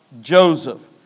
Joseph